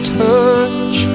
touch